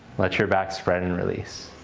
let your back spread and release.